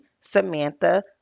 Samantha